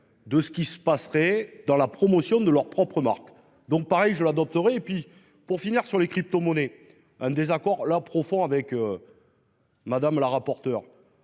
de ce qui se passerait dans la promotion de leur propre marque. Donc pareil je l'adopterai et puis pour finir sur les cryptomonnaies. Un désaccord leur profond avec. Madame la rapporteur.